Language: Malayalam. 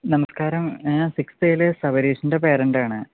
നമസ്ക്കാരം ഞാൻ സിക്സ്ത് എയിലെ സബരീഷിൻ്റെ പേരൻറ്റാണ്